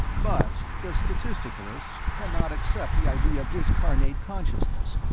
but the statisticalists cannot accept the idea of discarnate consciousness,